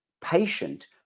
patient